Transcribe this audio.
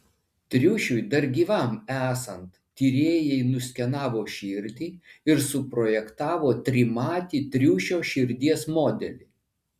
triušiui dar gyvam esant tyrėjai nuskenavo širdį ir suprojektavo trimatį triušio širdies modelį